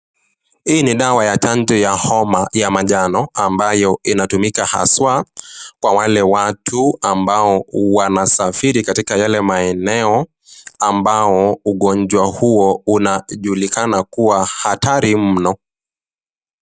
Hii dawa ya chanjo ya homa ya manjano ambayo inatumika haswa na watu ambao wanasafiri katika yale maeneo ambao ugonjwa huo unajulikana kuwa hatari mno